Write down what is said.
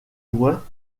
loin